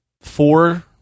four